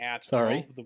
sorry